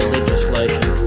legislation